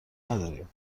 نداریم